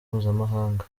mpuzamahanga